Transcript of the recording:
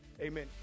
amen